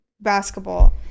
Basketball